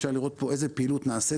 אפשר לראות איזה פעילויות נעשות